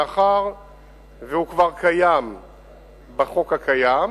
מאחר שהוא כבר קיים בחוק הקיים,